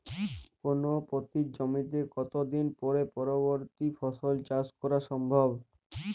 কোনো পতিত জমিতে কত দিন পরে পরবর্তী ফসল চাষ করা সম্ভব?